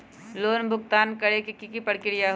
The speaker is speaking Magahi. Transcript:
लोन भुगतान करे के की की प्रक्रिया होई?